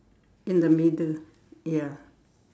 in the middle ya